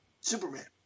Superman